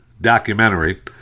documentary